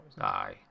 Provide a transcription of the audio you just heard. Aye